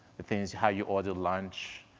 the things, how you order lunch,